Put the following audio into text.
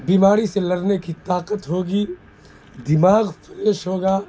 بیماری سے لڑنے کی طاقت ہوگی دماغ فریش ہوگا